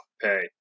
pay